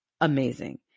amazing